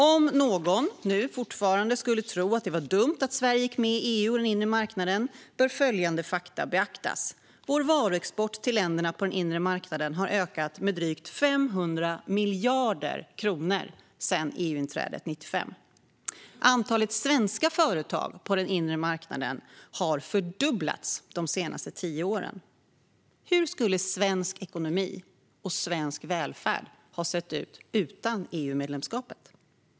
Om någon fortfarande skulle tro att det var dumt att Sverige gick med i EU och den inre marknaden bör följande fakta beaktas: Vår varuexport till länderna på den inre marknaden har ökat med drygt 500 miljarder kronor sedan EU-inträdet 1995. Antalet svenska företag på den inre marknaden har fördubblats de senaste tio åren. Hur skulle svensk ekonomi och svensk välfärd ha sett ut utan EU-medlemskapet?